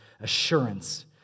assurance